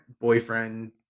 boyfriend